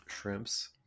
shrimps